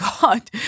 God